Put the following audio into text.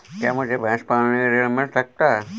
क्या मुझे भैंस पालने के लिए ऋण मिल सकता है?